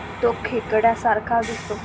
तो खेकड्या सारखा दिसतो